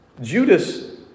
Judas